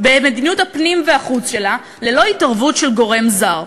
במדיניות הפנים והחוץ שלה ללא התערבות של גורם זר.